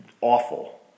awful